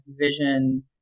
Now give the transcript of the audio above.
vision